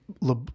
Le